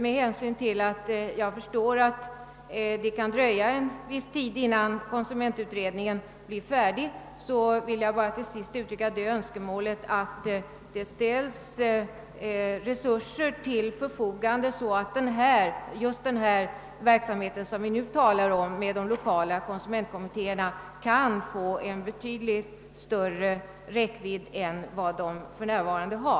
Eftersom jag förstår att det kan dröja en viss tid innan konsumentutredningen blir färdig, vill jag till sist bara uttrycka det önskemålet, att resurser ställs till förfogande så att verksamheten med de 1okala konsumentkommittéerna, som vi nu talar om, kan få en betydligt större räckvidd än den för närvarande har.